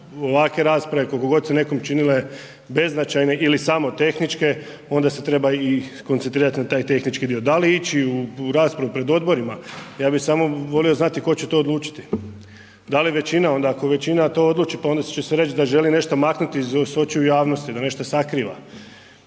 ovakve rasprave koliko god se nekom činile beznačajne ili samo tehničke onda se treba i skoncentrirati na taj tehnički dio. Da li ići u raspravu pred odborima, ja bih samo volio znati tko će to odlučiti. Da li većina, ako većina to odluči pa onda će se reći da želi nešto maknuti sa očiju javnosti, da nešto sakriva.